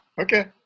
okay